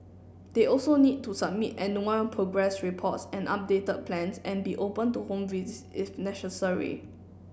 they also need to submit annual progress reports and updated plans and be open to home visits if necessary